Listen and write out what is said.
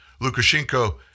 Lukashenko